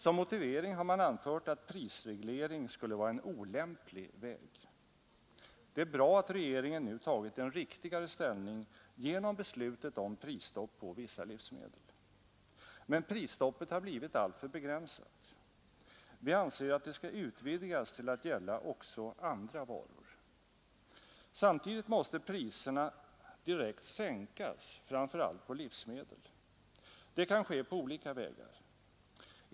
Som motivering har man anfört att prisreglering skulle vara en olämplig väg. Det är bra att regeringen nu tagit en riktigare ställning genom beslutet om prisstopp på vissa livsmedel. Men prisstoppet har blivit alltför begränsat. Vi anser att det borde utvidgas till att gälla också andra varor. Samtidigt måste priserna direkt sänkas, framför allt priserna på livsmedel. Det kan ske på olika vägar.